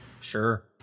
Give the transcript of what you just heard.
Sure